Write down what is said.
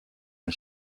den